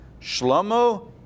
Shlomo